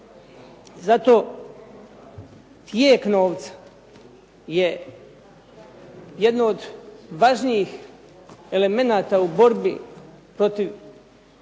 Zato tijek novca je jedno od važnijih elemenata u borbi protiv